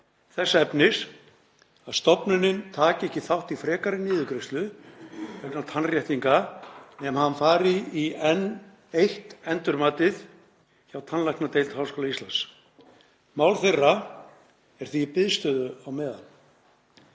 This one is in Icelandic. þess efnis að stofnunin taki ekki þátt í frekari niðurgreiðslu vegna tannréttinga nema hann fari í enn eitt endurmatið hjá tannlæknadeild Háskóla Íslands. Mál þeirra er því í biðstöðu á meðan.